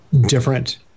different